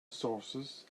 sources